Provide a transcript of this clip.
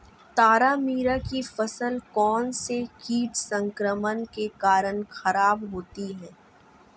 तारामीरा की फसल कौनसे कीट संक्रमण के कारण खराब होती है?